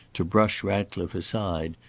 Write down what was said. to brush ratcliffe aside,